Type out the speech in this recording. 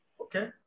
okay